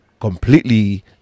completely